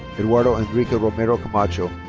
eduardo enrique romero camacho.